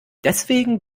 deswegen